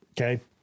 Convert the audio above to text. okay